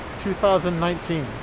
2019